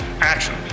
Action